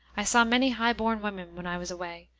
i saw many highborn women when i was away,